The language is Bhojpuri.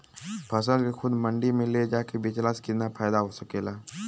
फसल के खुद मंडी में ले जाके बेचला से कितना फायदा हो सकेला?